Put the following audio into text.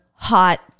Hot